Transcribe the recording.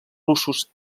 russos